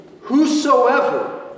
whosoever